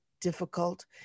difficult